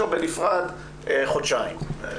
או בנפרד חודשיים.